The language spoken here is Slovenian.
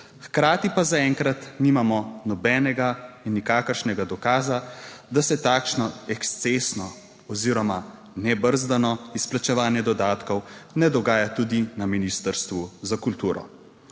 hkrati pa zaenkrat nimamo nobenega in nikakršnega dokaza, da se takšno ekscesno oziroma nebrzdano izplačevanje dodatkov ne dogaja tudi na Ministrstvu za kulturo.